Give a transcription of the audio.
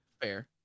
fair